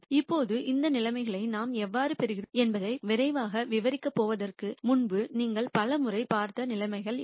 இப்போது இந்த நிலைமைகளை நாம் எவ்வாறு பெறுகிறோம் என்பதை விரைவாக விவரிக்கப் போவதற்கு முன்பு நீங்கள் பல முறை பார்த்த நிலைமைகள் இவை